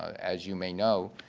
as you may know,